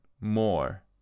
more